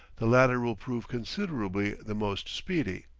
the latter will prove considerably the most speedy.